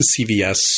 cvs